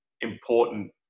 important